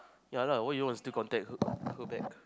ya lah why you want to still contact her her back